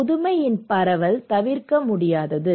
புதுமையின் பரவல் தவிர்க்க முடியாதது